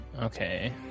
Okay